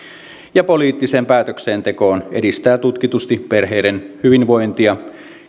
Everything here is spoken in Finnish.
ja poliittiseen päätöksentekoon edistää tutkitusti perheiden hyvinvointia